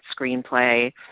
screenplay